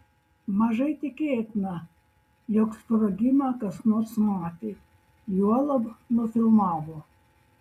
mažai tikėtina jog sprogimą kas nors matė juolab nufilmavo